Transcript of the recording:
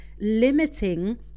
limiting